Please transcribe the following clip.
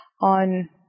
on